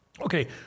Okay